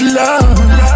love